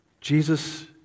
Jesus